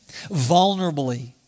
vulnerably